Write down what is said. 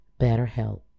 BetterHelp